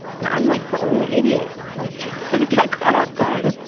and i'm like the only idiot, like got caught off guard